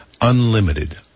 unlimited